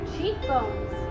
cheekbones